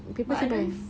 people still buy